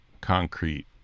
concrete